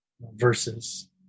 verses